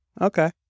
okay